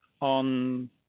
on